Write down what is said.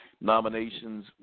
nominations